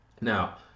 Now